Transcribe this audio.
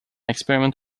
experiment